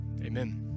amen